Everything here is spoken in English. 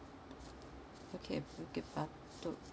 okay bukit batok